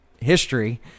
history